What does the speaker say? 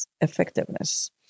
effectiveness